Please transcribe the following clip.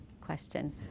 question